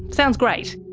sounds great.